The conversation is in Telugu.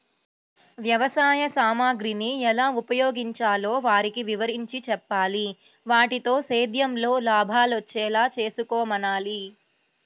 వ్యవసాయ సామగ్రిని ఎలా ఉపయోగించాలో వారికి వివరించి చెప్పాలి, వాటితో సేద్యంలో లాభాలొచ్చేలా చేసుకోమనాలి